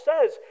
says